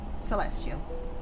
Celestial